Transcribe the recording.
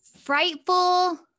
frightful